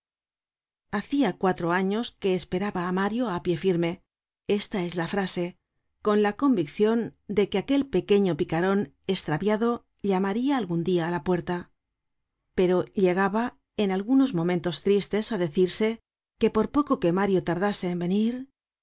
hacia cuatro años que esperaba á mario á pie firme esta es la frase con la conviccion de que aquel pequeño picaron estraviado llamaria al content from google book search generated at gun dia á la puerta pero llegaba en algunos momentos tristes á decirse que por poco que mario tardase en venir